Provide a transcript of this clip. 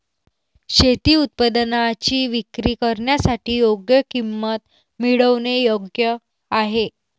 शेती उत्पादनांची विक्री करण्यासाठी योग्य किंमत मिळवणे योग्य आहे